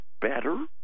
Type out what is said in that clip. better